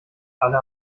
alle